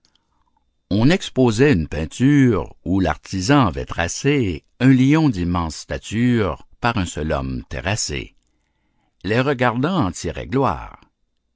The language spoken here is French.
on exposait une peinture où l'artisan avait tracé un lion d'immense stature par un seul homme terrassé les regardants en tiraient gloire